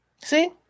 see